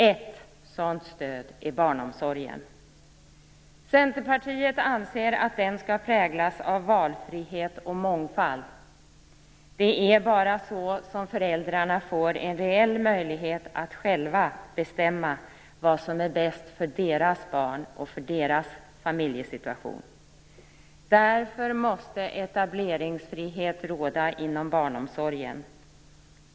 Ett sådant stöd är barnomsorgen. Centerpartiet anser att den skall präglas av valfrihet och mångfald. Det är bara så som föräldrarna får en reell möjlighet att själva bestämma vad som är bäst för deras barn och deras familjesituation. Därför måste etableringsfrihet råda inom barnomsorgen.